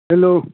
hello